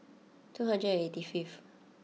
two hundred and eighty fifth